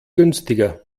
günstiger